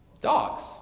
Dogs